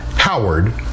Howard